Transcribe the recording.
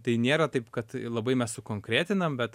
tai nėra taip kad labai mes sukonkretinam bet